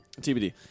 TBD